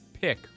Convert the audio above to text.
pick